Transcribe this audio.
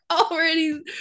already